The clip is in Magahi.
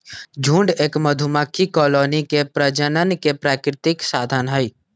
झुंड एक मधुमक्खी कॉलोनी के प्रजनन के प्राकृतिक साधन हई